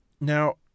now